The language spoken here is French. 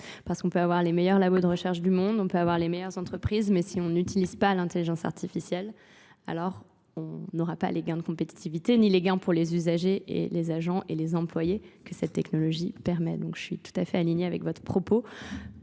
Parce qu'on peut avoir les meilleurs labos de recherche du monde, on peut avoir les meilleures entreprises, mais si on n'utilise pas l'intelligence artificielle, alors on n'aura pas les gains de compétitivité, ni les gains pour les usagers et les agents et les employés que cette technologie permet. Donc je suis tout à fait alignée avec votre propos.